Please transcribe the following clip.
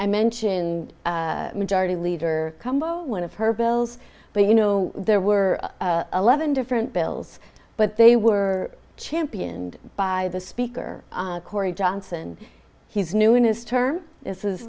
i mentioned majority leader combo one of her bills but you know there were eleven different bills but they were championed by the speaker cory johnson he's new in his term this is